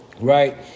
right